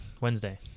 Wednesday